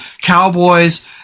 cowboys